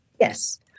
Yes